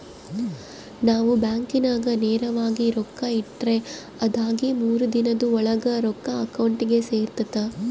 ನಾವು ಬ್ಯಾಂಕಿನಾಗ ನೇರವಾಗಿ ರೊಕ್ಕ ಇಟ್ರ ಅದಾಗಿ ಮೂರು ದಿನುದ್ ಓಳಾಗ ರೊಕ್ಕ ಅಕೌಂಟಿಗೆ ಸೇರ್ತತೆ